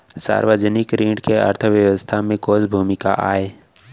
सार्वजनिक ऋण के अर्थव्यवस्था में कोस भूमिका आय?